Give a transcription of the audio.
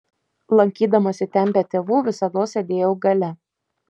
lankydamasi ten be tėvų visados sėdėjau gale